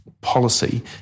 policy